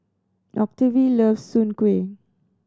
Octavie loves soon kway